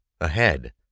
Ahead